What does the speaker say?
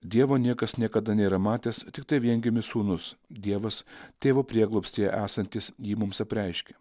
dievo niekas niekada nėra matęs tiktai viengimis sūnus dievas tėvo prieglobstyje esantis jį mums apreiškė